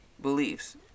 beliefs